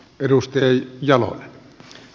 arvoisa puhemies